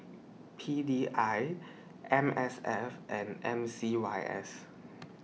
P D I M S F and M C Y S